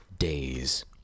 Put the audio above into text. days